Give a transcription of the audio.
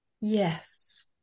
Yes